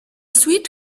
sweet